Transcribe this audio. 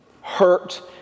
hurt